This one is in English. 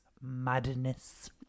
madness